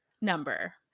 number